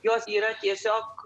jos yra tiesiog